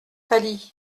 pâli